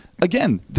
again